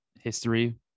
history